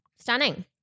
Stunning